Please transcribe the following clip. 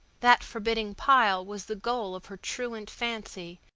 that forbidding pile was the goal of her truant fancy,